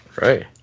Right